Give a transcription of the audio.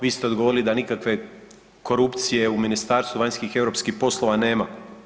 Vi ste odgovorili da nikakve korupcije u Ministarstvu vanjskih i europskih poslova nema.